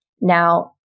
Now